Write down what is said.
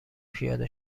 پیاده